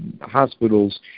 hospitals